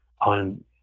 on